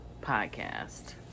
podcast